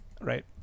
right